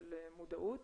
של מודעות